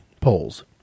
polls